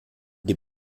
die